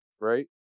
right